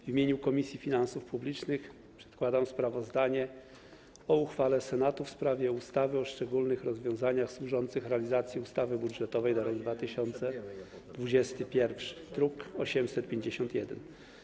W imieniu Komisji Finansów Publicznych przedkładam sprawozdanie o uchwale Senatu w sprawie ustawy o szczególnych rozwiązaniach służących realizacji ustawy budżetowej na rok 2021, druk nr 851.